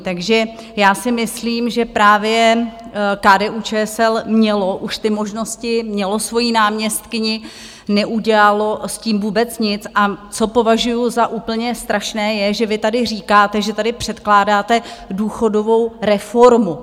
Takže já si myslím, že právě KDUČSL mělo už ty možnosti, mělo svoji náměstkyni, neudělalo s tím vůbec nic a co považuji za úplně strašné je, že vy tady říkáte, že tady předkládáte důchodovou reformu.